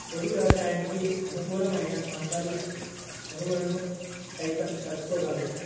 పొడి వ్యవసాయానికి అనుకూలమైన పంటలు కరువును సైతం తట్టుకోగలవు